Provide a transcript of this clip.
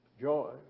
joy